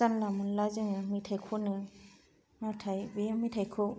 जानला मोनला जोङो मेथाइ खनो नाथाय बे मेथाइखौ